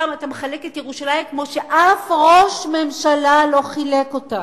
פעם אתה מחלק את ירושלים כמו שאף ראש ממשלה לא חילק אותה.